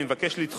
אני מבקש לדחות,